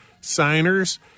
signers